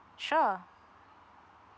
sure